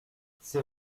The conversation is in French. ces